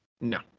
No